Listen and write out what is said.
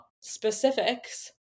specifics